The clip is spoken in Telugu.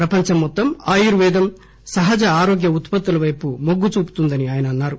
ప్రపంచం మొత్తం ఆయుర్వేధం సహజ ఆరోగ్య ఉత్పత్తుల వైపు మొగ్గు చూపుతుందని ఆయన అన్నారు